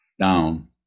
down